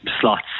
slots